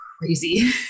crazy